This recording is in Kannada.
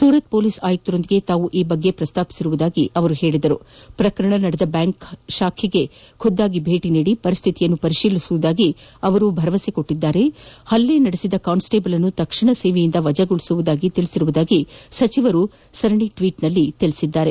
ಸೂರತ್ ಪೊಲೀಸ್ ಆಯುಕ್ತರೊಂದಿಗೆ ತಾವು ಈ ಬಗ್ಗೆ ಪ್ರಸ್ತಾಪಿಸಿದ್ದು ಪ್ರಕರಣ ನಡೆದ ಬ್ಯಾಂಕ್ ಶಾಖೆಗೆ ಖುದ್ದಾಗಿ ಭೇಟಿ ನೀಡಿ ಪರಿಸ್ಥಿತಿಯನ್ನು ಪರಿಶೀಲಿಸುವುದಾಗಿ ಅವರು ಭರವಸೆ ನೀಡಿದ್ದಾರೆ ಹಲ್ಲೆ ನಡೆಸಿದ ಕಾನ್ಸ್ಟೇಬಲ್ನ್ನು ತಕ್ಷಣ ಸೇವೆಯಿಂದ ವಜಾಗೊಳಿಸುವುದಾಗಿ ತಿಳಿಸಿರುವುದಾಗಿ ಸಚಿವರು ಸರಣಿ ಟ್ವೀಟ್ ಮಾಡಿದ್ದಾರೆ